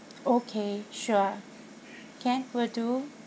okay sure can will do